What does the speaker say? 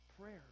Prayer